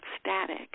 static